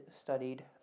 studied